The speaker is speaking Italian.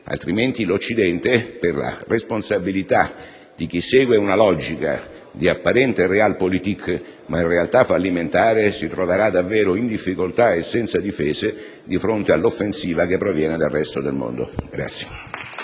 altrimenti l'Occidente, per la responsabilità di chi segue apparentemente una logica di *realpolitik*, ma che in realtà è fallimentare, si troverà davvero in difficoltà e senza difese di fronte all'offensiva che proviene dal resto del mondo.